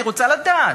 אני רוצה לדעת.